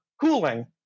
cooling